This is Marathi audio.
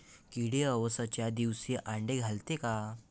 किडे अवसच्या दिवशी आंडे घालते का?